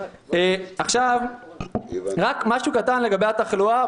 עכשיו רק משהו קטן לגבי התחלואה,